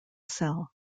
sell